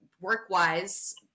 work-wise